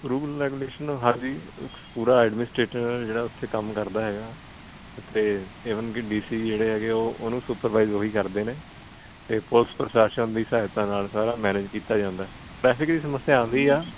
rule regulation ਹਾਂਜੀ ਪੂਰਾ administrator ਜਿਹੜਾ ਉੱਥੇ ਕੰਮ ਕਰਦਾ ਹੈਗਾ ਉੱਥੇ ਈਵਨ ਕਿ ਡੀ ਸੀ ਵੀ ਹੈਗੇ ਜਿਹੜੇ ਉਹ ਉਹ ਨੂੰ ਸੁਪਰਵਾਇਜ਼ ਉਹੀ ਕਰਦੇ ਨੇ ਅਤੇ ਪੁਲਸ ਪ੍ਰਸਾਸ਼ਨ ਦੀ ਸਹਾਇਤਾ ਨਾਲ ਸਾਰਾ ਮੈਨੇਜ ਕੀਤਾ ਜਾਂਦਾ ਟਰੈਫਿਕ ਸਮੱਸਿਆ ਆਉਂਦੀ ਆ